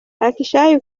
akshay